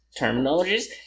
terminologies